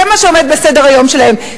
זה מה שעומד על סדר-היום שלהם,